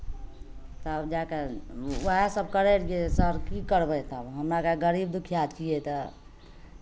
तब जाए कऽ उएह सभ करैत रहियै सर की करबै तब हमरा आरके गरीब दुखिआ छियै तऽ